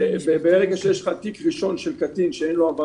ברגע שיש לך תיק ראשון של קטין שאין לו עבר